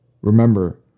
Remember